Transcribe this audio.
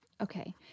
okay